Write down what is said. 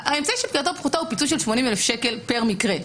האמצעי שפגיעתו פחותה הוא פיצוי של 80,000 שקל פר מקרה.